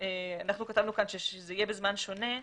אנחנו כתבנו כאן שזה יהיה בזמן שונה,